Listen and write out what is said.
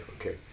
okay